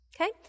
Okay